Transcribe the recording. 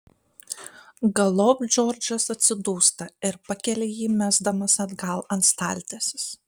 galop džordžas atsidūsta ir pakelia jį mesdamas atgal ant staltiesės